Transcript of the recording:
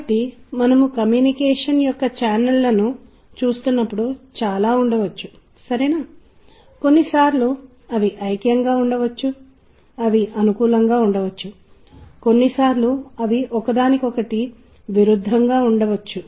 కాబట్టి మీరు సంగీత అనుభూతిని పొందడం మీరు చూస్తారు మరియు ఆ అనుభవం వాస్తవానికి ఎలా జరుగుతుందో మీకు తెలుస్తుంది అప్పుడు మీరు సంగీతాన్ని మరింత అర్థవంతమైన రీతిలో ఉపయోగించగలుగుతారు